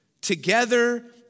together